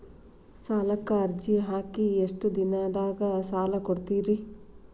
ಸಾಲಕ ಅರ್ಜಿ ಹಾಕಿ ಎಷ್ಟು ದಿನದಾಗ ಸಾಲ ಕೊಡ್ತೇರಿ?